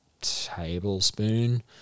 tablespoon